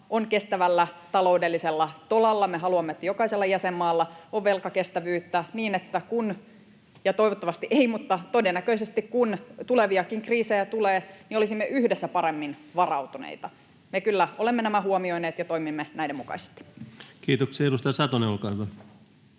on kestävällä taloudellisella tolalla, me haluamme, että jokaisella jäsenmaalla on velkakestävyyttä niin, että kun — ja toivottavasti ei, mutta todennäköisesti kun — tuleviakin kriisejä tulee, niin olisimme yhdessä paremmin varautuneita. Me kyllä olemme nämä huomioineet ja toimimme näiden mukaisesti. Kiitoksia. — Edustaja Satonen, olkaa hyvä.